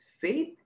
faith